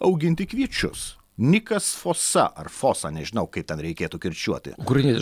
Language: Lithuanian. auginti kviečius nikas fosa ar fosa nežinau kaip ten reikėtų kirčiuoti kuris